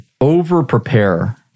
over-prepare